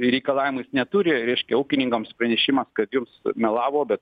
ir reikalavimais neturi reiškia ūkininkams pranešimas kad jums melavo bet